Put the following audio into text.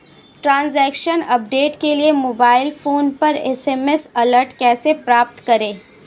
Transaction update के लिए mobile phone पर एस.एम.एस अलर्ट कैसे प्राप्त करें?